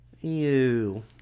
Ew